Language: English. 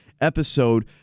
episode